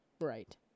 right